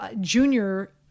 Junior